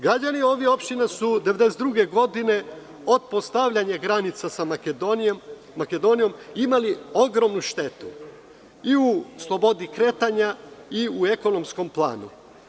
Građani ovih opština su 1992. godine, od postavljanja granice sa Makedonijom, imali ogromnu štetu i u slobodi kretanja i u ekonomskom planu.